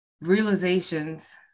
realizations